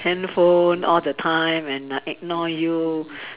handphone all the time and uh ignore you